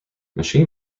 machine